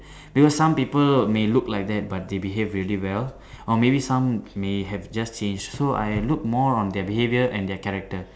because some people may look like that but they behave really well or maybe some may have just changed so I look more on their behaviour and their character